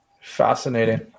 Fascinating